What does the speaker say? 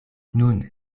nun